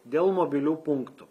dėl mobilių punktų